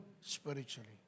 spiritually